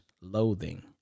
loathing